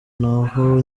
naho